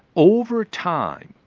over time,